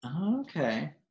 okay